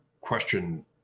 question